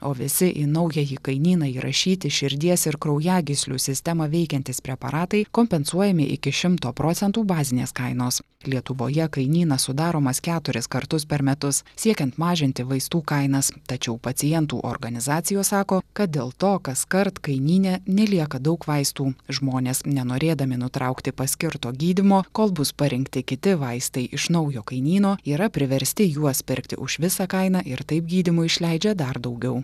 o visi į naująjį kainyną įrašyti širdies ir kraujagyslių sistemą veikiantys preparatai kompensuojami iki šimto procentų bazinės kainos lietuvoje kainynas sudaromas keturis kartus per metus siekiant mažinti vaistų kainas tačiau pacientų organizacijos sako kad dėl to kaskart kainyne nelieka daug vaistų žmonės nenorėdami nutraukti paskirto gydymo kol bus parinkti kiti vaistai iš naujo kainyno yra priversti juos pirkti už visą kainą ir taip gydymui išleidžia dar daugiau